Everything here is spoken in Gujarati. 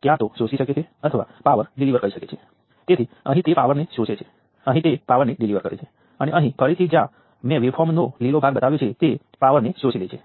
છે અથવા તે નેગેટિવ પાવરને શોષી લે છે અને ત્રીજા ક્વોડ્રન્ટમાં તે પાવરને શોષી લે છે